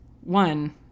one